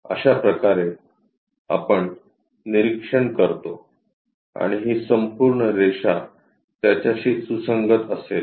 अशाप्रकारे आपण निरीक्षण करतो आणि ही संपूर्ण रेषा त्याच्याशी सुसंगत असेल